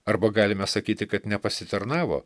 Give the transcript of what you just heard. arba galime sakyti kad nepasitarnavo